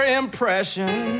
impression